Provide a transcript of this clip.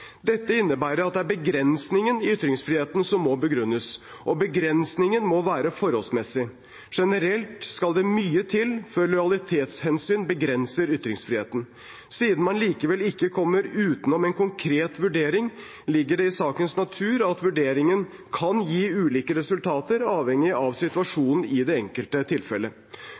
Dette innebærer at det er begrensningen i ytringsfriheten som må begrunnes, og begrensningen må være forholdsmessig. Generelt skal det mye til før lojalitetshensyn begrenser ytringsfriheten. Siden man likevel ikke kommer utenom en konkret vurdering, ligger det i sakens natur at vurderingen kan gi ulike resultater avhengig av situasjonen i det enkelte